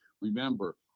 remember